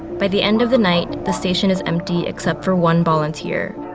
by the end of the night, the station is empty except for one volunteer